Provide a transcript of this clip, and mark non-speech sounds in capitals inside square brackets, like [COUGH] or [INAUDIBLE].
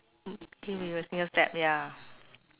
[NOISE] begin with a single step ya